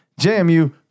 JMU